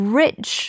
rich